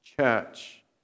church